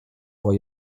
vor